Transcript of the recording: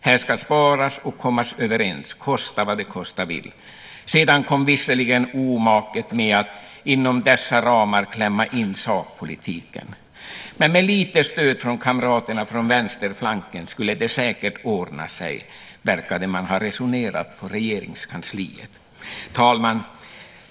Här ska sparas och kommas överens, kosta vad det kosta vill. Sedan kom visserligen omaket att inom dessa ramar klämma in sakpolitiken. Men med lite stöd från kamraterna från vänsterflanken skulle det säkert ordna sig, verkade man ha resonerat på Regeringskansliet. Herr talman!